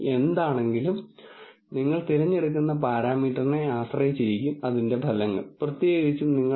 അനുമാനങ്ങളെ അടിസ്ഥാനമാക്കി നിങ്ങൾ ഒരു ടെക്നിക്ക് തിരഞ്ഞെടുക്കുന്നു ഈ അനുമാനങ്ങൾ ഉണ്ടാക്കിയ പ്രോബ്ളങ്ങൾ പരിഹരിക്കാൻ ഈ ടെക്നിക്ക് തെളിയിക്കപ്പെട്ടിരിക്കണം